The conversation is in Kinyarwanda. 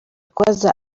kubaza